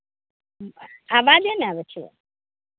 आवाजे नहि अबै छै